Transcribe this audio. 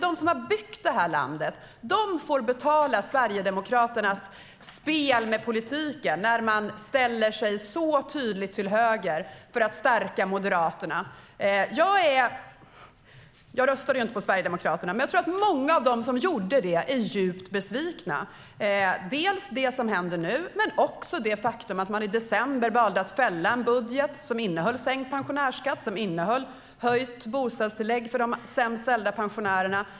De har byggt det här landet, men det är de som får betala Sverigedemokraternas spel med politiken när man så tydligt ställer sig till höger för att stärka Moderaterna. Jag röstade ju inte på Sverigedemokraterna, men jag tror att många av dem som gjorde det är djupt besvikna, dels på det som händer nu, dels på det faktum att man i december valde att fälla en budget som innehöll sänkt pensionärsskatt och höjt bostadstillägg till de sämst ställda pensionärerna.